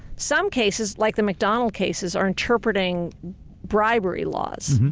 some cases like the mcdonnell cases are interpreting bribery laws.